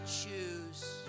choose